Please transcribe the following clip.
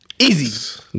Easy